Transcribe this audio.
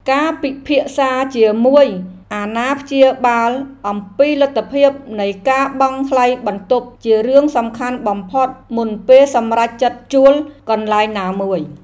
ការពិភាក្សាជាមួយអាណាព្យាបាលអំពីលទ្ធភាពនៃការបង់ថ្លៃបន្ទប់ជារឿងសំខាន់បំផុតមុនពេលសម្រេចចិត្តជួលកន្លែងណាមួយ។